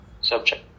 subject